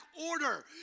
order